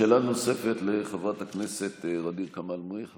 שאלה נוספת, לחברת הכנסת ע'דיר כמאל מריח.